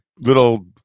little